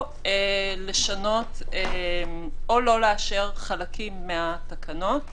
או לא לאשר חלקים מהתקנות.